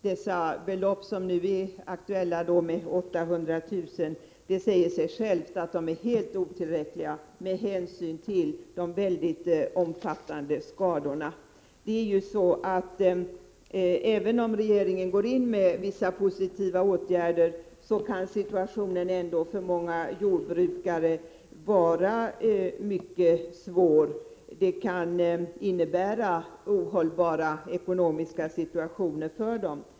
Det belopp som nu är aktuellt är 800 000 kr., men det säger sig självt att det är helt otillräckligt med hänsyn till de mycket omfattande skadorna. Även om regeringen vidtar vissa positiva åtgärder, kan den ekonomiska situationen för många jordbrukare vara ohållbar.